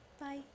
Bye